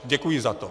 Děkuji za to.